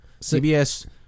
CBS